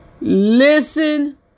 Listen